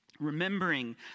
Remembering